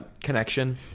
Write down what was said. connection